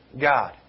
God